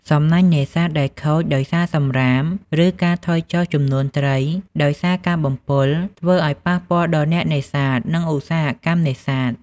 សំណាញ់នេសាទដែលខូចដោយសារសំរាម ឬការថយចុះចំនួនត្រីដោយសារការបំពុល ធ្វើឱ្យប៉ះពាល់ដល់អ្នកនេសាទ និងឧស្សាហកម្មនេសាទ។